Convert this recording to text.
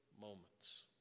moments